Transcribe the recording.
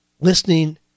listening